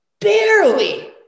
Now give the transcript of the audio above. barely